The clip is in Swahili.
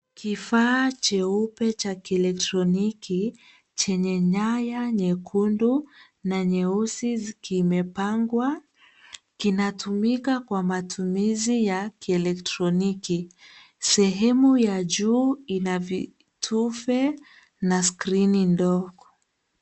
Kifaa cheupe cha kielectroniki chenye nyaya nyekundu na nyeusi, kimepangwa. Kinatumika kwa matumizi ya kielektroniki sehemu ya juu ina vitufe na skrini ndogo.